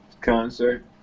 concert